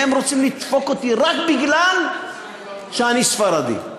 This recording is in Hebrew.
והם רוצים לדפוק אותי רק מפני שאני ספרדי.